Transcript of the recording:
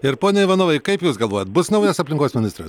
ir pone ivanovai kaip jūs galvojat bus naujas aplinkos ministras